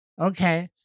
okay